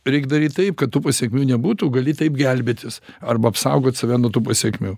reik daryt taip kad tų pasekmių nebūtų gali taip gelbėtis arba apsaugot save nuo tų pasekmių